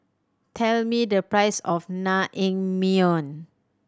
tell me the price of Naengmyeon